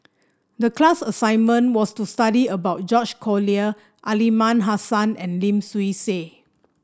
the class assignment was to study about George Collyer Aliman Hassan and Lim Swee Say